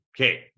Okay